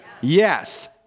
Yes